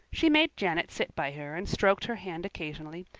she made janet sit by her and stroked her hand occasionally.